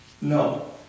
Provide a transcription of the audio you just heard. No